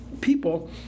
people